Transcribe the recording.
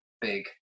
big